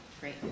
Great